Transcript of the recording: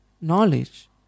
knowledge